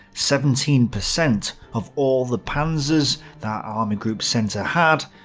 seventeen percent of all the panzers that army group centre had,